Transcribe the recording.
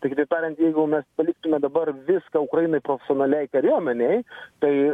tai kitaip tariant jeigu mes paliktume dabar viską ukrainai profesionaliai kariuomenei tai